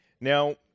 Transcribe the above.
Now